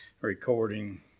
recording